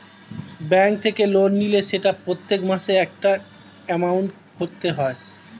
bank থেকে loan নিলে সেটা প্রত্যেক মাসে একটা এমাউন্ট ভরতে হয়